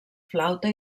flauta